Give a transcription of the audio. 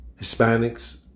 Hispanics